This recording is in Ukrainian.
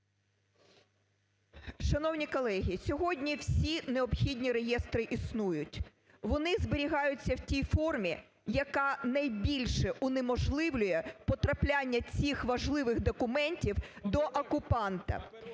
Шановні колеги, сьогодні всі необхідні реєстри існують, вони зберігаються в тій формі, яка найбільше унеможливлює потрапляння цих важливих документів до окупанта.